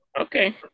Okay